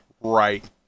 right